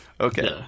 Okay